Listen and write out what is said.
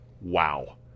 Wow